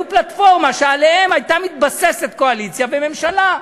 הייתה פלטפורמה שעליה הייתה מתבססת קואליציה וממשלה.